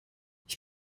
ich